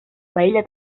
paella